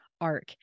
arc